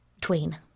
Tween